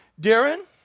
Darren